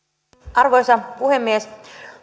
arvoisa puhemies